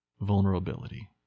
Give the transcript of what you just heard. vulnerability